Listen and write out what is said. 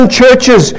churches